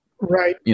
Right